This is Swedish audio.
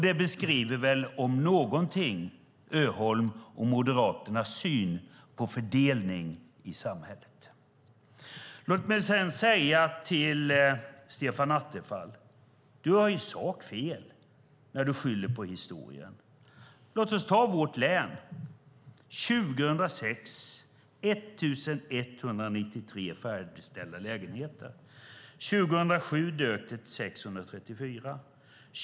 Det beskriver väl om någonting Öholms och Moderaternas syn på fördelning i samhället. Låt mig sedan säga till Stefan Attefall: Du har i sak fel när du skyller på historien. Låt mig ta vårt län. År 2006 var det 1 193 färdigställda lägenheter. År 2007 dök det till 634.